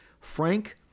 Frank